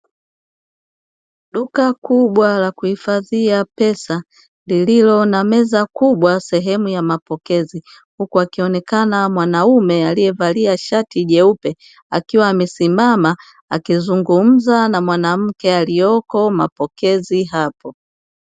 Duka kubwa la kuhifadhia pesa lililo na meza kubwa sehemu ya mapokezi, huku akionekana mwanaume aliye valia shati jeupe akiwa amesimama akizungumza na mwanamke aliyoko mapokezi hapo.